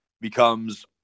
becomes